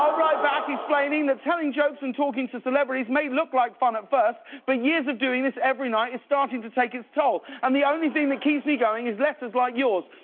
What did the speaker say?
i'll write back explaining that telling jokes and talking to celebrities may look like fun at first, but years of doing this every night is starting to take its toll and the only thing that keeps me going is letters like yours.